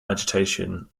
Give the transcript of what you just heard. agitation